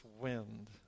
wind